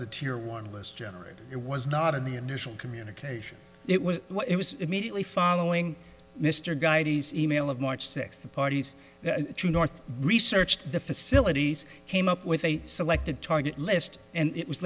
the tier one list generated it was not of the initial communication it was what it was immediately following mr gaieties e mail of march sixth the parties true north researched the facilities came up with a selected target list and it was